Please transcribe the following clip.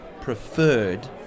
preferred